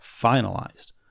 finalized